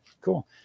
cool